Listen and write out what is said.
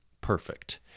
perfect